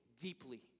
deeply